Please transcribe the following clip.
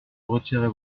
retirer